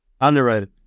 Underrated